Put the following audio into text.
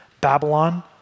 Babylon